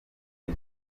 ibi